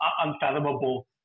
unfathomable